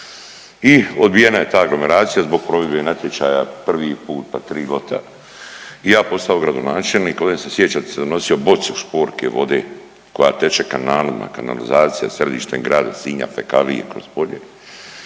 I odbijena je ta aglomeracija zbog provedbe natječaja prvi puta …/Govornik se ne razumije./… i ja postao gradonačelnik. Ovdje se sjećate da sam donosio bocu šporke vode koja teče kanalima, kanalizacija središtem grada Sinja fekalije kroz polje.